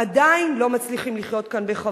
עדיין לא מצליחים לחיות כאן בכבוד.